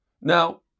Now